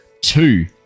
two